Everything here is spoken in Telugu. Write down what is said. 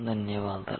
ధన్యవాదాలు